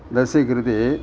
तस्य कृते